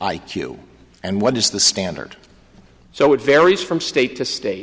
i q and what is the standard so it varies from state to state